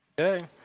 Okay